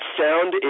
sound